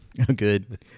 Good